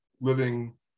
living